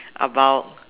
about